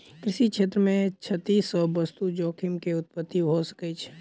कृषि क्षेत्र मे क्षति सॅ वास्तु जोखिम के उत्पत्ति भ सकै छै